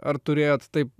ar turėjot taip